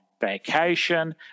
vacation